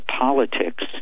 politics